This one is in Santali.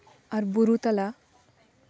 ᱟᱨ ᱵᱩᱨᱩ ᱛᱟᱞᱟ